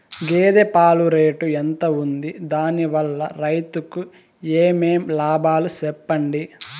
గేదె పాలు రేటు ఎంత వుంది? దాని వల్ల రైతుకు ఏమేం లాభాలు సెప్పండి?